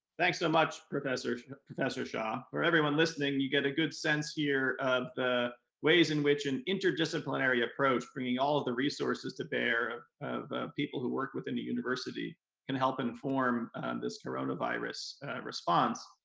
thanks so much, professor professor shah. for everyone listening, you get a good sense here of the ways in which an interdisciplinary approach, bringing all of the resources to bear to people who work within the university can help inform this coronavirus response,